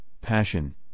passion